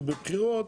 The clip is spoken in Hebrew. ובבחירות